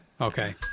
Okay